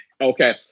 Okay